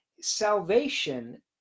Salvation